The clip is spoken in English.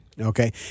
Okay